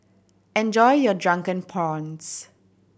enjoy your Drunken Prawns